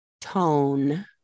tone